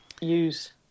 use